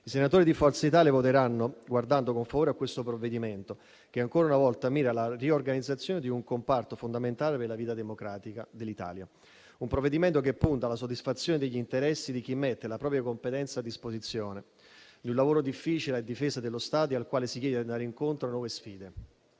I senatori di Forza Italia voteranno guardando con favore al provvedimento che ancora una volta mira alla riorganizzazione di un comparto fondamentale della vita democratica dell'Italia; un provvedimento che punta alla soddisfazione degli interessi di chi mette la propria competenza a disposizione di un lavoro difficile a difesa dello Stato e al quale si chiede di andare incontro a nuove sfide.